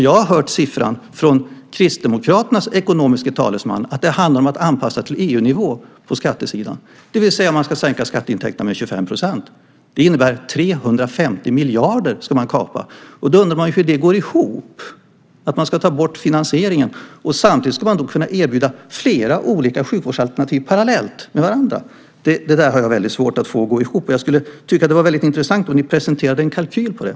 Jag har hört från Kristdemokraternas ekonomiska talesman att det handlar om att anpassa till EU-nivå på skattesidan, det vill säga att man ska sänka skatteintäkterna med 25 %. Det innebär att man ska kapa 350 miljarder. Man undrar hur det går ihop att ta bort finansieringen och samtidigt kunna erbjuda flera sjukvårdsalternativ parallellt. Jag har svårt att få det att gå ihop. Det vore intressant om ni presenterade en kalkyl på det.